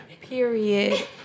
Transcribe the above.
Period